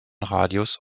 radius